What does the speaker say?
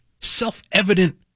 self-evident